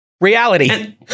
Reality